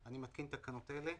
(תיקון),